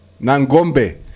Nangombe